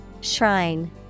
Shrine